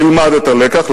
נלמד את הלקח.